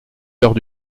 heures